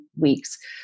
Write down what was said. weeks